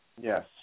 Yes